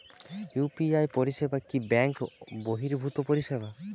UPI পরিসেবা কি bank বর্হিভুত পরিসেবা?